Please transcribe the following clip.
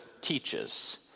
teaches